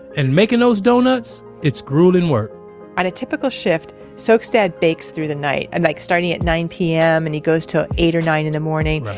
and making those doughnuts it's grueling work on a typical shift, sok's dad bakes through the night. and like starting at nine zero p m. and he goes til eight or nine in the morning.